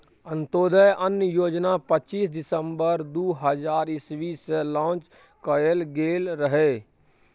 अंत्योदय अन्न योजना पच्चीस दिसम्बर दु हजार इस्बी मे लांच कएल गेल रहय